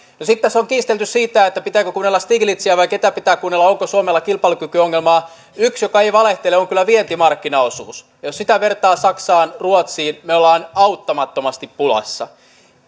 no sitten tässä on kiistelty siitä pitääkö kuunnella stiglitziä vai ketä pitää kuunnella onko suomella kilpailukykyongelmaa yksi joka ei valehtele on kyllä vientimarkkinaosuus jos sitä vertaa saksaan ruotsiin me olemme auttamattomasti pulassa